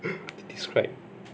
to describe